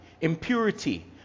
impurity